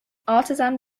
artisan